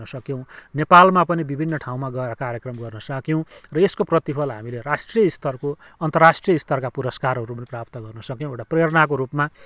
गर्न सक्यौँ नेपालमा पनि विभिन्न ठाउँमा गएर कार्क्रम गर्न सक्यौँ र यसको प्रतिफल हामीले राष्ट्रियस्तरको अन्तराष्ट्रियस्तरका पुरस्कारहरू पनि प्राप्त गर्न सक्यौँ एउटा प्रेरणाको रुपमा